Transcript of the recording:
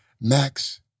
Max